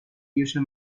usual